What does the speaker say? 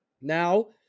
Now